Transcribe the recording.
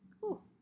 Cool